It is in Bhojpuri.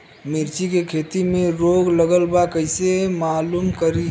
मिर्ची के खेती में रोग लगल बा कईसे मालूम करि?